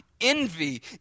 envy